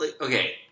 okay